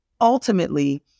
Ultimately